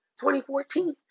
2014